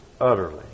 utterly